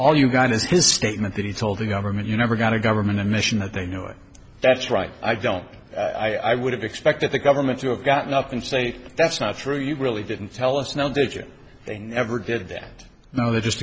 all you got is his statement that he told the government you never got a government admission that they knew it that's right i don't think i would have expected the government to have gotten up and say that's not true you really didn't tell us now did you they never did that no they just